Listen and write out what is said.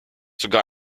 sogar